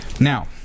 Now